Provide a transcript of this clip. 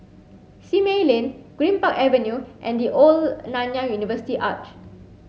Simei Lane Greenpark Avenue and The Old Nanyang University Arch